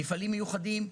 מפעלים מיוחדים,